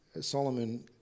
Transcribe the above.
Solomon